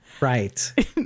Right